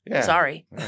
Sorry